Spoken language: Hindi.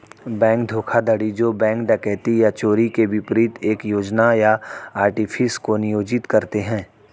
बैंक धोखाधड़ी जो बैंक डकैती या चोरी के विपरीत एक योजना या आर्टिफिस को नियोजित करते हैं